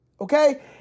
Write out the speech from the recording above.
Okay